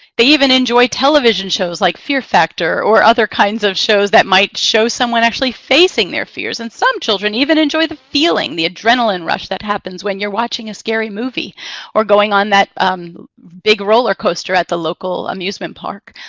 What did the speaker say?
they even enjoy television shows like fear factor or other kinds of shows that might show someone actually facing their fears. and some children even enjoy the feeling, the adrenaline rush, that happens when you're watching a scary movie or going on that big roller coaster at the local amusement park.